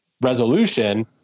resolution